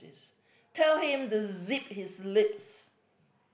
this tell him to zip his lip